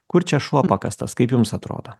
kur čia šuo pakastas kaip jums atrodo